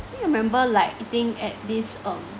I think I remember like eating at this um